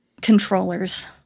controllers